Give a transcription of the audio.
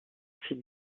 sites